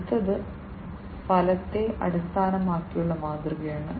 അടുത്തത് ഫലത്തെ അടിസ്ഥാനമാക്കിയുള്ള മാതൃകയാണ്